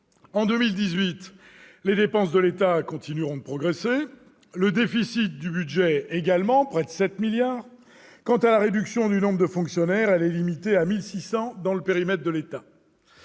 en 2018, les dépenses de l'État continueront de progresser ; le déficit du budget également, de près de 7 milliards d'euros ; quant à la réduction du nombre de fonctionnaires, elle sera limitée à 1 600 dans le périmètre de l'État.